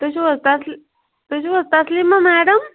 تُہۍ چھِو حظ تسلی تُہۍ چھِو حظ تسلیٖما میڈَم